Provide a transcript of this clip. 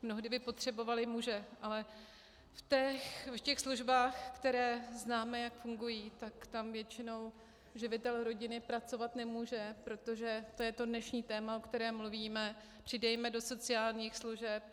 Mnohdy by potřebovali muže, ale v těch službách, které známe, jak fungují, tak tam většinou živitel rodiny pracovat nemůže, protože to je to dnešní téma, o kterém mluvíme přidejme do sociálních služeb.